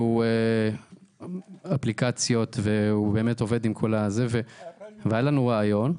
והוא עובד עם אפליקציות, והיה לנו רעיון.